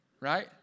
Right